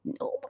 No